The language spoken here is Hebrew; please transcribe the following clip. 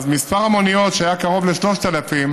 אז מספר המוניות, שהיה קרוב ל-3,000,